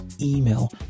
email